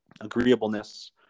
agreeableness